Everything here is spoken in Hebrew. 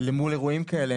למול אירועים כאלה.